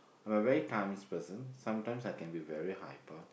I'm a very times person sometimes I can be very hyper